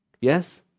Yes